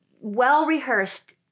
Well-rehearsed